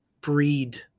breed